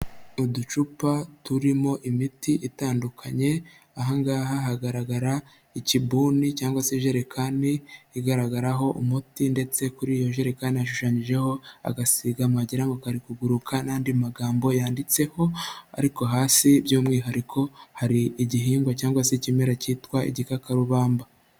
Uducupa turimo imiti itandukanye; ahangaha hagaragara ikibuni cyangwa se ijerekani, igaragaraho umuti ndetse kuri iyo jerekani hashushanyijeho agasiga, mwagira ngo kari kuguruka n'andi magambo yanditseho, ariko hasi by'umwihariko, hari igihingwa cyangwa se ikimera cyitwa igikakarubamba.